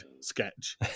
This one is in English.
sketch